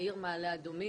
מהעיר מעלה אדומים.